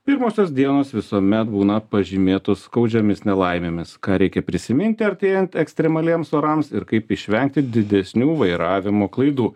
pirmosios dienos visuomet būna pažymėtos skaudžiomis nelaimėmis ką reikia prisiminti artėjant ekstremaliems orams ir kaip išvengti didesnių vairavimo klaidų